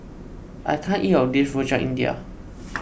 I can't eat all of this Rojak India